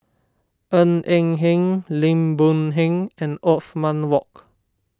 Ng Eng Hen Lim Boon Heng and Othman Wok